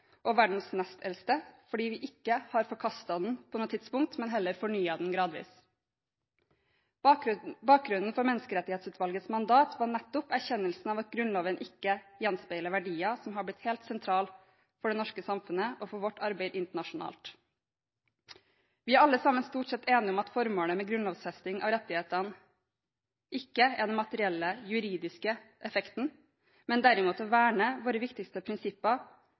og verdens nest eldste, fordi vi ikke på noe tidspunkt har forkastet den, men heller fornyet den gradvis. Bakgrunnen for Menneskerettighetsutvalgets mandat var nettopp erkjennelsen av at Grunnloven ikke gjenspeiler verdier som har blitt helt sentrale for det norske samfunnet og for vårt arbeid internasjonalt. Vi er alle sammen stort sett enige om at formålet med grunnlovfesting av rettighetene ikke er den materielle, juridiske effekten, men derimot å verne våre viktigste prinsipper,